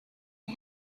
and